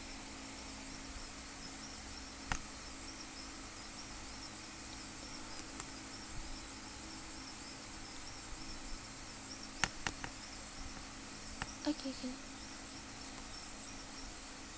okay can